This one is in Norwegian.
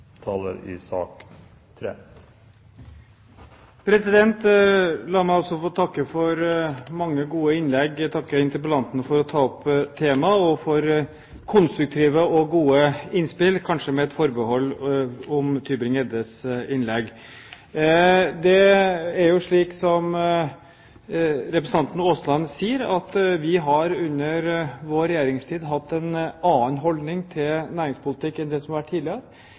for konstruktive og gode innspill, kanskje med et forbehold om Tybring-Gjeddes innlegg. Det er jo slik, som representanten Aasland sier, at vi under vår regjeringstid har hatt en annen holdning til næringspolitikk enn det som har vært tidligere.